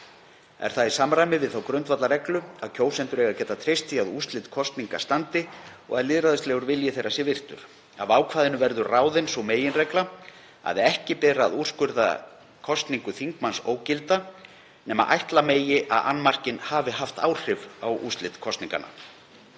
Er það í samræmi við þá grundvallarreglu að kjósendur eiga að geta treyst því að úrslit kosninga standi og að lýðræðislegur vilji þeirra sé virtur. Af ákvæðinu verður ráðin sú meginregla að ekki beri að úrskurða kosningu þingmanns ógilda nema ætla megi að annmarkinn hafi haft áhrif á úrslit kosninganna,